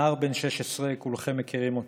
נער בן 16, כולכם מכירים אותו,